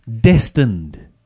Destined